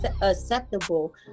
acceptable